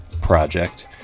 project